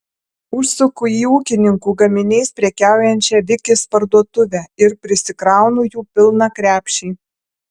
užsuku į ūkininkų gaminiais prekiaujančią vikis parduotuvę ir prisikraunu jų pilną krepšį